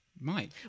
Mike